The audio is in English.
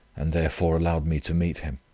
and therefore allowed me to meet him.